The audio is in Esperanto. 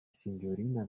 sinjorina